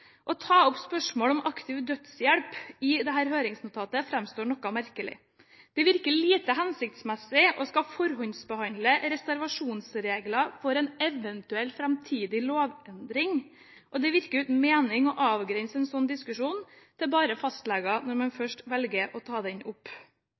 Å ta opp spørsmål om aktiv dødshjelp i dette høringsnotatet framstår noe merkelig. Det virker lite hensiktsmessig å skulle forhåndsbehandle reservasjonsregler for en eventuell framtidig lovendring, og det virker uten mening å avgrense en slik diskusjon til bare fastleger når man